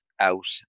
out